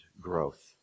growth